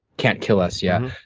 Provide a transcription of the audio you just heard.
can't kill us, yeah.